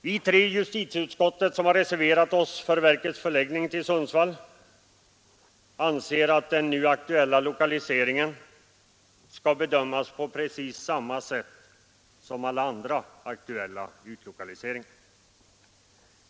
Vi tre i justitieutskottet som reserverat oss för verkets förläggande till Sundsvall anser att den nu aktuella lokaliseringen skall bedömas på precis samma sätt som alla andra aktuella utlokaliseringar.